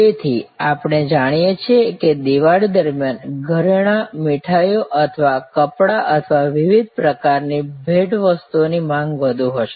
તેથી આપણે જાણીએ છીએ કે દિવાળી દરમિયાન ઘરેણાં અથવા મીઠાઈઓ અથવા કપડાં અથવા વિવિધ પ્રકારની ભેટ વસ્તુઓની માંગ વધુ હશે